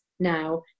now